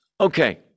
Okay